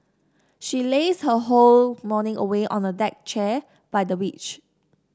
she lazed her whole morning away on a deck chair by the beach